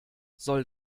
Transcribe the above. soll